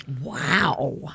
Wow